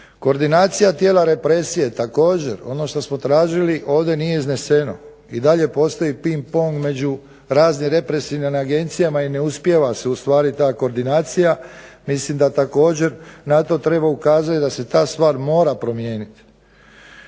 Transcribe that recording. Koordinacija tijela represije također. Ono što smo tražili nije izneseno. I dalje postoji ping pong među raznim represivnim agencijama i ne uspijeva ta koordinacija. Mislim da također na to treba ukazati i da se ta stvar mora promijeniti.